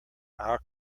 our